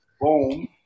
Boom